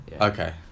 Okay